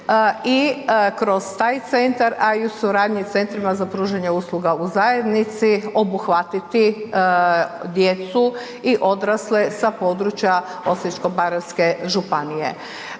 i kroz taj centar, a i u suradnji s centrima za pružanje usluga u zajednici, obuhvatiti djecu i odrasle sa područja Osječko-baranjske županije.